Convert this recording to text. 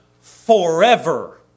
forever